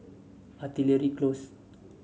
Artillery Close